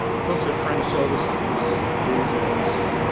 um folks are trying to sell this this these as